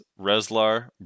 Reslar